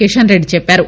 కిషన్రెడ్డి చెప్పారు